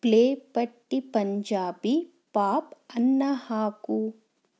play ಪಟ್ಟಿ Punjabi pop ಅನ್ನು ಹಾಕು